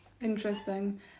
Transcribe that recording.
Interesting